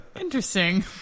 Interesting